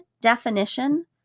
definition